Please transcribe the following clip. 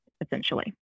essentially